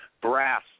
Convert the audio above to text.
brass